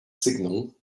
signal